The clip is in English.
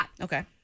Okay